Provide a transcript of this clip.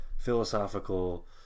philosophical